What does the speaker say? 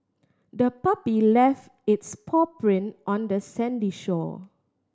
the puppy left its paw print on the sandy shore